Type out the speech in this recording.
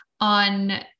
on